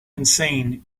insane